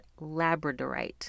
labradorite